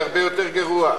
זה הרבה יותר גרוע.